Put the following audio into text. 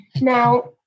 Now